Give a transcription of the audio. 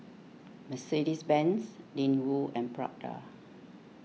Mercedes Benz Ling Wu and Prada